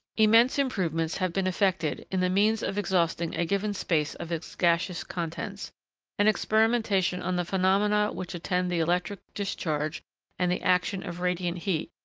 immense improvements have been effected, in the means of exhausting a given space of its gaseous contents and experimentation on the phenomena which attend the electric discharge and the action of radiant heat,